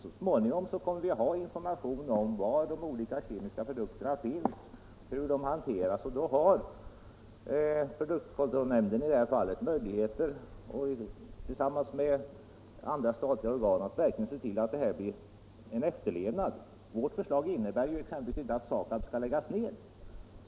Så småningom kommer vi att ha information om var de olika kemiska produkterna finns och hur de hanteras. Då har produktkontrollnämnden möjlighet att tillsammans med andra statliga organ se till att det blir en efterlevnad av bestämmelserna. Vårt förslag innebär exempelvis inte att SAKAB skall läggas ned.